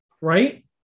right